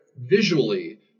visually